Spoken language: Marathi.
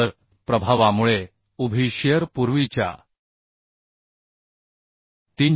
तर प्रभावामुळे उभी शिअर पूर्वीच्या 364